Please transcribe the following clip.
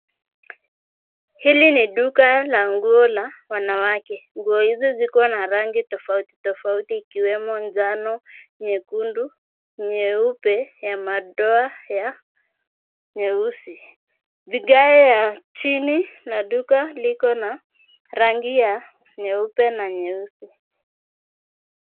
Hili ni duka la nguo la wanawake, nguo hizo ziko rangi tofauti tofauti ikiwemo njano, nyekundu, nyeupe, ya madoa nyeusi. Vigae ya chini la duka liko na rangi ya nyeupe na nyeusi.